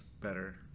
better